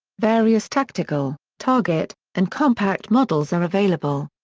various tactical, target, and compact models are available.